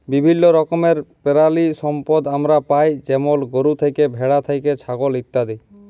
বিভিল্য রকমের পেরালিসম্পদ আমরা পাই যেমল গরু থ্যাকে, ভেড়া থ্যাকে, ছাগল ইত্যাদি